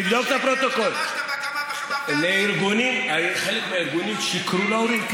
השתמשת בכמה וכמה, חלק מהארגונים שיקרו להורים,